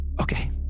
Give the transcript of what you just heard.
Okay